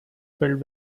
filled